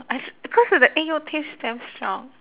I cause of the egg yolk taste damn strong